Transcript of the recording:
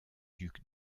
ducs